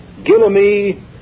Gillamy